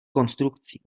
konstrukcí